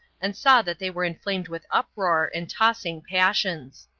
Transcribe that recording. and saw that they were inflamed with uproar and tossing passions.